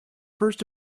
first